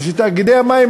ותאגידי המים